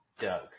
Doug